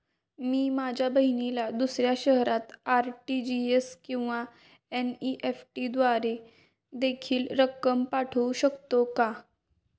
मी माझ्या बहिणीला दुसऱ्या शहरात आर.टी.जी.एस किंवा एन.इ.एफ.टी द्वारे देखील रक्कम पाठवू शकतो का?